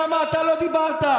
למה אתה לא דיברת?